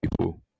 people